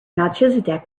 melchizedek